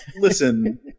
Listen